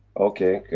okay,